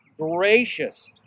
gracious